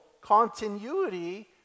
continuity